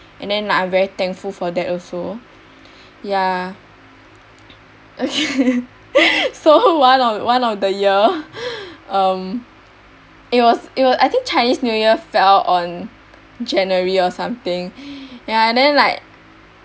and then like I'm very thankful for that also ya okay so one of one of the year um it was it was I think chinese new year fell on january or something ya and then like